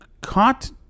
caught